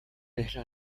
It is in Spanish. isla